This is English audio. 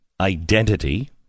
identity